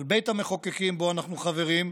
של בית המחוקקים שבו אנחנו חברים,